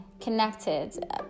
connected